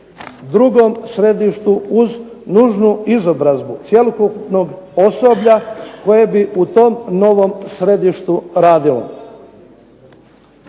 drugom središtu uz nužnu izobrazbu cjelokupnog osoblja koje bi u tom novom središtu radilo.